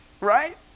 right